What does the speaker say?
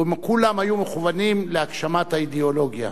כולם היו מכוונים להגשמת האידיאולוגיה.